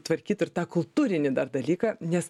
tvarkyt ir tą kultūrinį dar dalyką nes